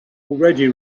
already